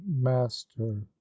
master